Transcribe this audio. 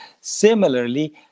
Similarly